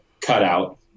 cutout